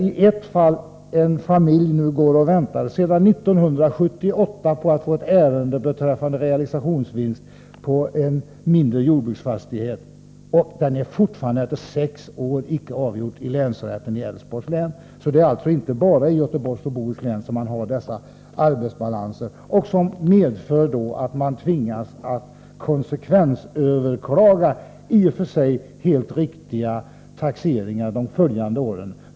I ett fall går en familj och väntar sedan 1978 på att få ett ärende beträffande realisationsvinstskatt på en mindre jordbruksfastighet avgjort. Ärendet är fortfarande, efter sex år, inte avgjort i länsrätten i Älvsborgs län. Det är alltså inte bara i Göteborgs och Bohus län som man har stora arbetsbalanser. De här förhållandena medför att människor tvingas att konsekvensöverklaga i och för sig helt riktiga taxeringar under de år som följer efter den ifrågasatta taxeringen.